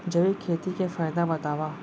जैविक खेती के फायदा बतावा?